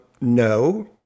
no